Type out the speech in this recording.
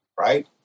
right